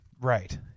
right